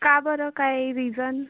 का बरं काय रिजन